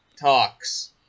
talks